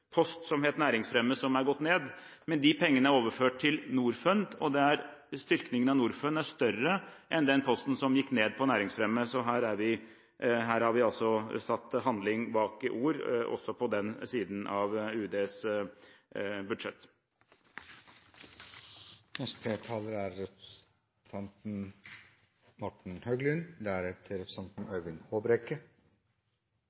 som het «næringsfremme», som er gått ned. Men de pengene er overført til Norfund. Styrkingen av Norfund er større enn posten «næringsfremme», så her har vi satt handling bak ord, også på den delen av UDs budsjett. Jeg har bare noen få kommentarer når det gjelder ting som er blitt sagt i debatten. Representanten